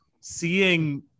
seeing